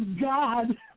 God